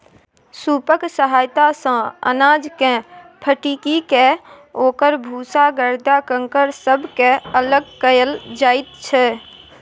सूपक सहायता सँ अनाजकेँ फटकिकए ओकर भूसा गरदा कंकड़ सबके अलग कएल जाइत छै